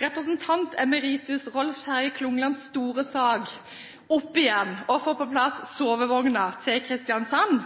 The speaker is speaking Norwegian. representant emeritus Rolf Terje Klunglands store sak opp igjen og få på plass sovevognen til Kristiansand.